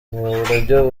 buryo